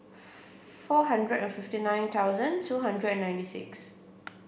four hundred and fifty nine thousand two hundred and ninety six